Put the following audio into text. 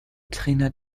trainer